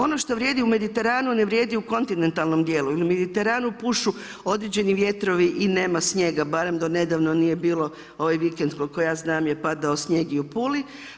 Ono što vrijedi u Mediteranu, ne vrijedi u kontinentalnom dijelu, jer u Mediteranu pušu određeni vjetrovi i nema snijega, barem do nedavno nije bilo ovaj vikend koliko ja znam je padao snijeg u Puli.